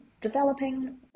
developing